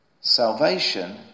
Salvation